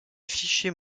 fichiers